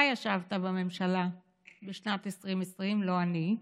אתה ישבת בממשלה בשנת 2020, לא אני.